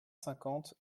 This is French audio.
cinquante